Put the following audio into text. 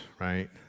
right